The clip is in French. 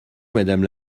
madame